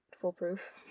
foolproof